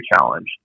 challenge